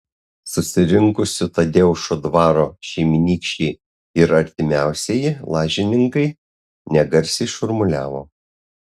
susirinkusių tadeušo dvaro šeimynykščiai ir artimiausieji lažininkai negarsiai šurmuliavo